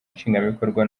nshingwabikorwa